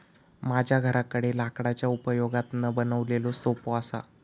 माझ्या घराकडे लाकडाच्या उपयोगातना बनवलेलो सोफो असा